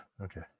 okay